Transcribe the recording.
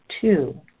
two